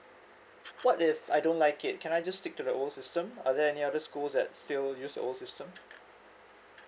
what if I don't like it can I just stick to the old system are there any other schools that still use the old system